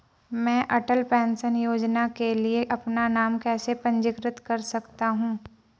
मैं अटल पेंशन योजना के लिए अपना नाम कैसे पंजीकृत कर सकता हूं?